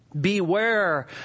beware